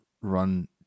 Run